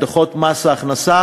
את דוחות מס ההכנסה,